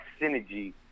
synergy